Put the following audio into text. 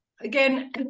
Again